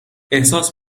احساس